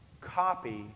copy